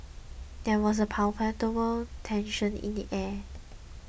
there was a palpable tension in the air